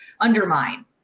undermine